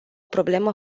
problemă